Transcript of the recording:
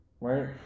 right